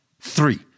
three